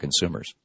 consumers